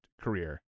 career